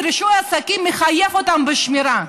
רישוי עסקים מחייב אותם בשמירה.